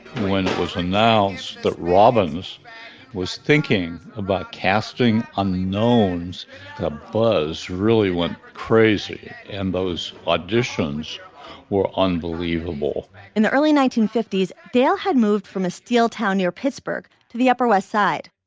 when it was announced that robbins was thinking about casting on the gnomes, the buzz really went crazy. and those auditions were unbelievable in the early nineteen fifty s, dale had moved from a steel town near pittsburgh to the upper west side.